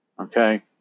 Okay